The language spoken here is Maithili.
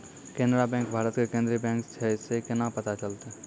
केनरा बैंक भारत के केन्द्रीय बैंक छै से केना पता चलतै?